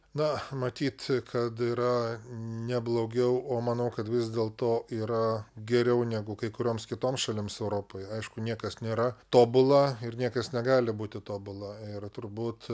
na matyt kad yra ne blogiau o manau kad vis dėl to yra geriau negu kai kurioms kitoms šalims europoj aišku niekas nėra tobula ir niekas negali būti tobula ir turbūt